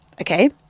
Okay